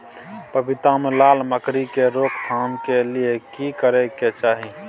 पपीता मे लाल मकरी के रोक थाम के लिये की करै के चाही?